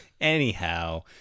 Anyhow